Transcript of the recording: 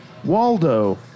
Waldo